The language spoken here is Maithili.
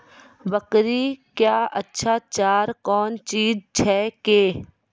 बकरी क्या अच्छा चार कौन चीज छै के?